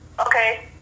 Okay